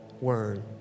word